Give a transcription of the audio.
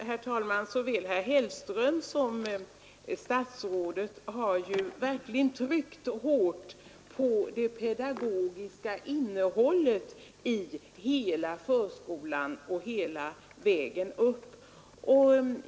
Herr talman! Såväl herr Hellström som statsrådet har verkligen tryckt hårt på det pedagogiska innehållet från och med förskolan och hela vägen upp genom skolan.